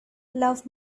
love